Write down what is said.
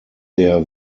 der